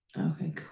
Okay